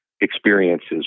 experiences